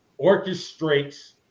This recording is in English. orchestrates